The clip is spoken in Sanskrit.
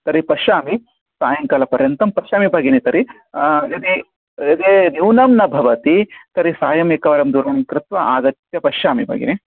तर्हि पश्यामि सायङ्कालपर्यन्तं पश्यामि भगिनी तर्हि यदि यदि न्यूनं न भवति तर्हि सायम् एकवारं दूरवाणीं कृत्वा आगत्य पश्यामि भगिनी